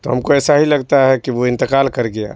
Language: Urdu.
تو ہم کو ایسا ہی لگتا ہے کہ وہ انتقال کر گیا